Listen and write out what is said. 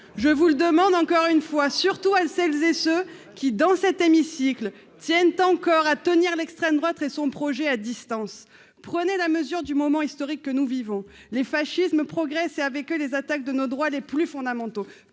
je vous le demande, encore une fois surtout à celles et ceux qui, dans cet hémicycle tient encore à tenir l'extrême droite et son projet à distance, prenez la mesure du moment historique que nous vivons les fascismes progresse et avec eux les attaques de nos droits les plus fondamentaux,